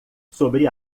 sobre